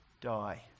die